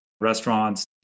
restaurants